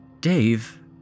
Dave